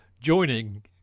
joining